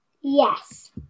Yes